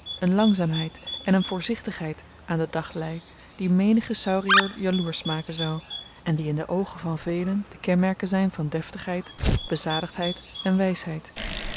een langzaamheid en een voorzichtigheid aan den dag leî die menigen saurier jaloersch maken zou en die in de oogen van velen de kenmerken zyn van deftigheid bezadigdheid en